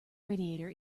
radiator